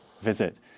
visit